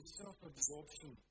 self-absorption